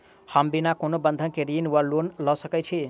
हम बिना कोनो बंधक केँ ऋण वा लोन लऽ सकै छी?